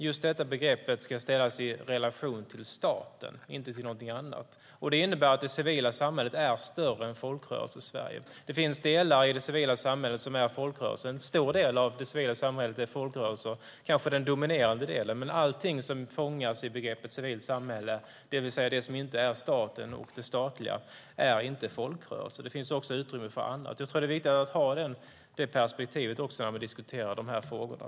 Just detta begrepp ska ställas i relation till staten, inte till någonting annat. Det innebär att det civila samhället är större än Folkrörelsesverige. En stor del av det civila samhället är folkrörelser, kanske den dominerande delen, men allting som fångas i begreppet civilt samhälle, det vill säga det som inte är staten och det statliga, är inte folkrörelser. Det finns också utrymme för annat. Jag tror att det är viktigt att ha det perspektivet när vi diskuterar de här frågorna.